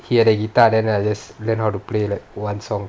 he had a guitar then I just learn how to play like one song